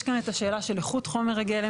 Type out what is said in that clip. יש כאן את השאלה של איכות חומר הגלם,